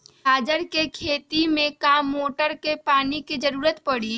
गाजर के खेती में का मोटर के पानी के ज़रूरत परी?